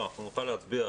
אנחנו נוכל להצביע.